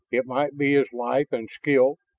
it might be his life and skill,